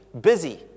busy